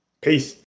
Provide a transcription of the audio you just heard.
Peace